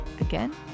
again